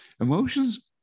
emotions